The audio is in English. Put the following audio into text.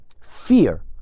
Fear